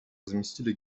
заместителя